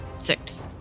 six